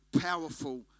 powerful